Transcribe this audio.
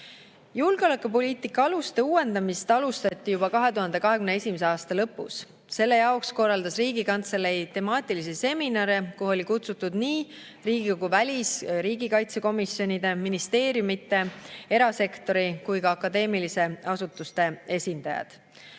Julgeolekupoliitika aluste uuendamist alustati juba 2021. aasta lõpus. Selle jaoks korraldas Riigikantselei temaatilisi seminare, kuhu oli kutsutud nii Riigikogu välis- ja riigikaitsekomisjoni, ministeeriumide, erasektori kui ka akadeemiliste asutuste esindajad.